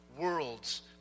worlds